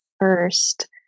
first